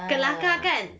kelakar kan